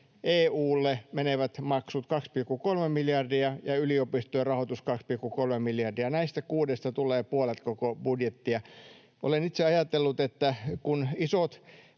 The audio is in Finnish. EU:lle menevät maksut 2,3 miljardia ja yliopistojen rahoitus 2,3 miljardia. Näistä kuudesta tulee puolet koko budjettista. Olen itse ajatellut, että kun isot